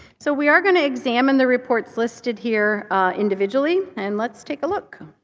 so we are going to examine the reports listed here individually. and let's take a look.